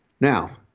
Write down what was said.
Now